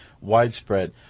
widespread